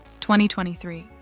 2023